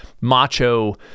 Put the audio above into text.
macho